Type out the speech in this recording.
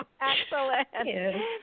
Excellent